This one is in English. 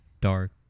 dark